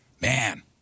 Man